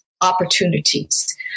opportunities